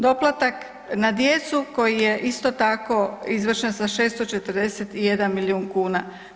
Doplatak na djecu koji je isto tako izvršen sa 641 milijun kuna.